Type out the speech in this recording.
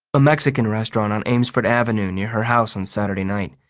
a mexican restaurant on amesfort avenue near her house on saturday night.